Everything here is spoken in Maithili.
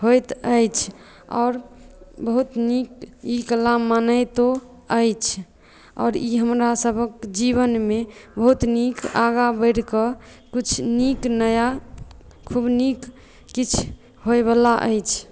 होइत अछि आओर बहुत नीक ई कला मानैतो अछि आओर ई हमरा सभक जीवनमे बहुत नीक आगाँ बढ़िकऽ किछु नीक नया खुब नीक किछु होमए वाला अछि